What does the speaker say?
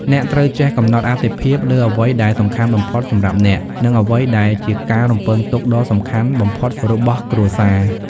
អ្នកត្រូវចេះ កំណត់អាទិភាព លើអ្វីដែលសំខាន់បំផុតសម្រាប់អ្នក និងអ្វីដែលជាការរំពឹងទុកដ៏សំខាន់បំផុតរបស់គ្រួសារ។